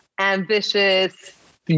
ambitious